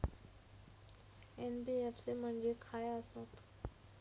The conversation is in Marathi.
एन.बी.एफ.सी म्हणजे खाय आसत?